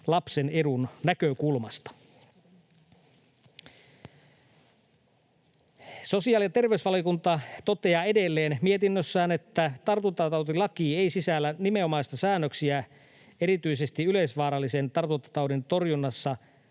lapsen edun näkökulmasta. Sosiaali- ja terveysvaliokunta toteaa edelleen mietinnössään, että tartuntatautilaki ei sisällä nimenomaisia säännöksiä erityisesti yleisvaarallisen tartuntataudin torjunnassa